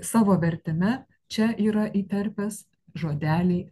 savo vertime čia yra įterpęs žodelį